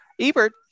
Ebert